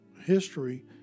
history